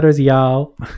Y'all